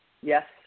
Yes